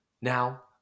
Now